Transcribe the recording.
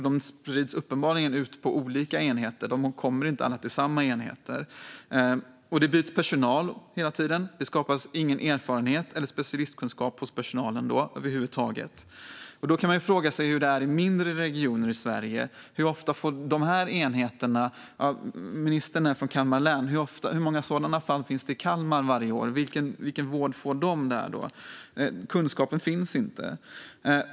De sprids uppenbarligen ut på olika enheter; de kommer inte alla till samma enheter. Och det byts personal hela tiden. Det skapas då ingen erfarenhet eller specialistkunskap hos personalen över huvud taget. Då kan man ju fråga sig hur det är i mindre regioner i Sverige. Ministern är från Kalmar län. Hur många sådana fall finns det i Kalmar varje år, och vilken vård får de där? Kunskapen finns inte.